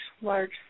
large